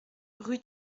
rue